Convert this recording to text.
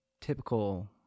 typical